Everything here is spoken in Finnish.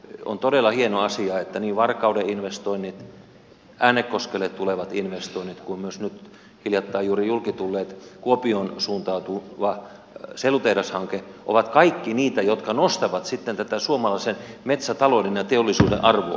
on todella hieno asia että niin varkauden investoinnit äänekoskelle tulevat investoinnit kuin myös nyt hiljattain juuri julki tullut kuopioon suuntautuva sellutehdashanke ovat kaikki niitä jotka nostavat sitten tätä suomalaisen metsätalouden ja teollisuuden arvoa